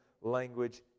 language